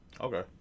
Okay